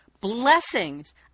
Blessings